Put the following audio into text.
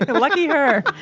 lucky her